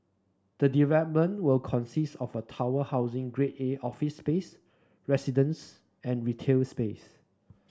the development will consist of a tower housing Grade A office space residence and retail space